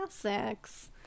classics